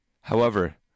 However